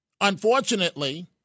unfortunately